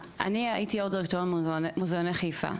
אני הייתי ראש דירקטוריון מוזיאוני חיפה,